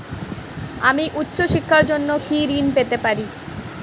আমি উচ্চশিক্ষার জন্য কি ঋণ পেতে পারি?